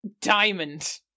Diamond